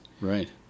Right